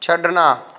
ਛੱਡਣਾ